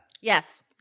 Yes